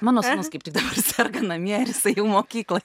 mano sūnus kaip tik dabar serga namie ir jisai jau mokykloj